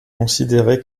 considérée